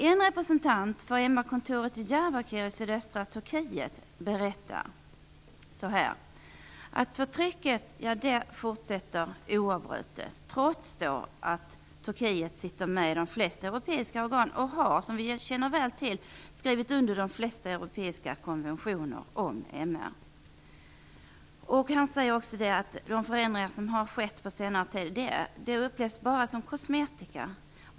En representant för MR-kontoret i Diyarbakir i sydöstra Turkiet berättar att förtrycket fortsätter oavbrutet trots att Turkiet sitter med i de flesta europeiska organ och har skrivit under de flesta europeiska konventioner om MR, vilket vi känner väl till. Han säger också att de förändringar som skett på senare tid bara upplevs som kosmetika.